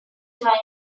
time